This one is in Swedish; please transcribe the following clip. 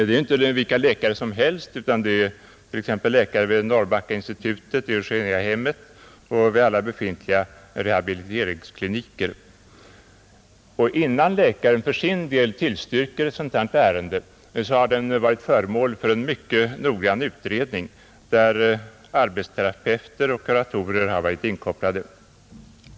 Det är ju inte vilka läkare som helst, utan det är t.ex. läkare vid Norrbackainstitutet, vid Eugeniahemmet och vid alla befintliga rehabiliteringskliniker. Och innan läkaren för sin del tillstyrker ett sådant här ärende har det varit föremål för en mycket noggrann utredning, där arbetsterapeuter och kuratorer varit inkopplade.